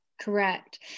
Correct